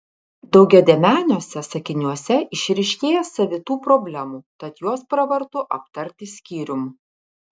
daugiadėmeniuose sakiniuose išryškėja savitų problemų tad juos pravartu aptarti skyrium